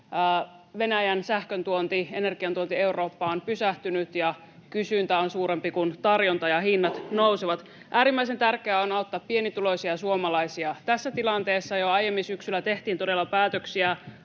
Venäjän sähköntuonti, energian tuonti, Eurooppaan on pysähtynyt ja kysyntä on suurempi kuin tarjonta ja hinnat nousevat. Äärimmäisen tärkeää on auttaa pienituloisia suomalaisia tässä tilanteessa. Jo aiemmin syksyllä tehtiin todella päätöksiä